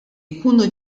jkunu